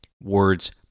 words